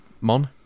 Mon